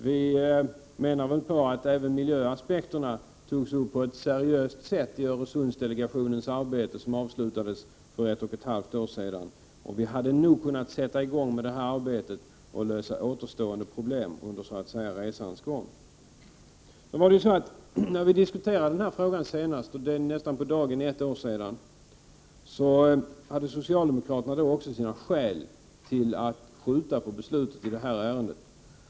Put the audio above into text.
Vi menar att även miljöaspekterna togs upp på ett seriöst sätt i Öresundsdelegationens arbete, som avslutades för ett och ett halvt år sedan, och vi hade nog kunnat sätta i gång med det här arbetet och lösa återstående problem under resans gång. När vi diskuterade den här frågan senast — för nästan på dagen ett år sedan — hade socialdemokraterna även vid det tillfället sina skäl för att skjuta på beslutet i ärendet.